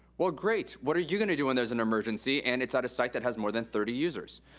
well, great, what are you gonna do when there's an emergency and it's at a site that has more than thirty users?